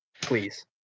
please